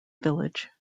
village